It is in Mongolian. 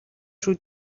шүү